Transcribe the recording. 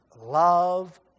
Love